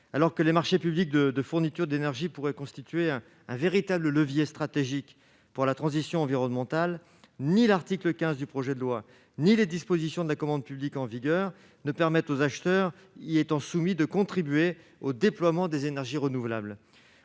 alors que les marchés publics de de fourniture d'énergie pourrait constituer un un véritable levier stratégique pour la transition environnementale ni l'article 15 du projet de loi ni les dispositions de la commande publique en vigueur ne permet aux acheteurs, il est temps, soumis de contribuer au déploiement des énergies renouvelables